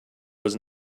was